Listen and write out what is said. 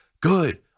Good